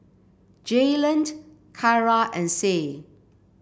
Jaylen Kyara and Sie